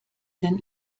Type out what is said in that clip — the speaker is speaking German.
denn